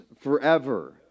forever